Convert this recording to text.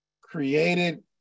created